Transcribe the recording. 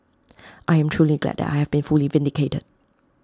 I am truly glad that I have been fully vindicated